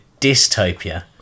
dystopia